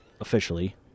officially